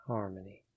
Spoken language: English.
Harmony